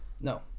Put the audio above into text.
No